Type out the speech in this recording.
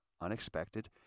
unexpected